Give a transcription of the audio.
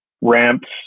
Ramps